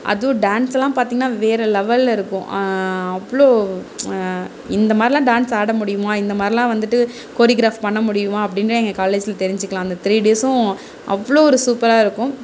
அதுவும் டான்ஸ்லாம் பாத்திங்கன்னா வேற லெவலில் இருக்கும் அவ்வளோ இந்த மாதிரிலாம் டான்ஸ் ஆட முடியுமா இந்த மாதிரிலாம் வந்துட்டு கோரிகிராஃப் பண்ண முடியுமா அப்படின்னு எங்க காலேஜ் தெரிஞ்சிக்கலாம் அந்த த்ரீ டேஸும் அவ்வளோ ஒரு சூப்பராக இருக்கும்